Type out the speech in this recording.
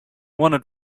wanted